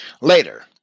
Later